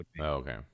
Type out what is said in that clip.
okay